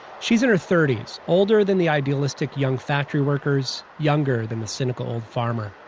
she's in her thirty s older than the idealistic young factory workers, younger than the cynical farmer.